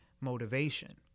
motivation